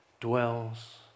dwells